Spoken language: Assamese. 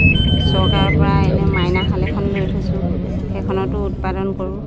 চৰকাৰৰ পৰা এনে মাইনাশাল এখন লৈ থৈছোঁ সেইখনতো উৎপাদন কৰোঁ